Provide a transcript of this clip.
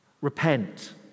Repent